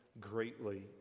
greatly